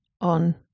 on